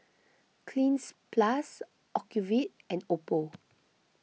Cleanz Plus Ocuvite and Oppo